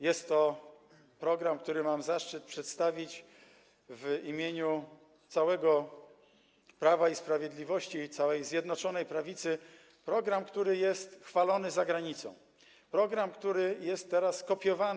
Jest to program, który mam zaszczyt przedstawić w imieniu całego Prawa i Sprawiedliwości i całej Zjednoczonej Prawicy, program, który jest chwalony za granicą, program, który jest teraz kopiowany.